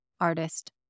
artist